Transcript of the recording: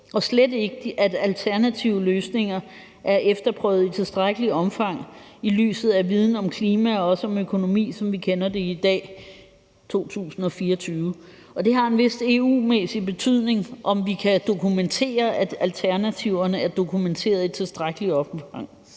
og slet ikke, at alternative løsninger er efterprøvet i tilstrækkeligt omfang i lyset af viden om klima og også om økonomi, som vi kender det i dag, i 2024. Og det har en vis EU-mæssig betydning, om vi kan dokumentere, at alternativerne er dokumenteret i tilstrækkeligt omfang.